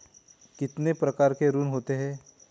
कितने प्रकार के ऋण होते हैं?